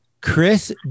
chris